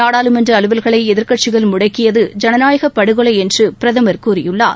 நாடாளுமன்ற அலுவல்களை எதிர்க்கட்சிகள் முடக்கியது ஜனநாயக படுகொலை என்று பிரதமர் கூறியுள்ளார்